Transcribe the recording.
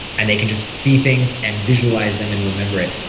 and they can just see things and visualize them and remember it.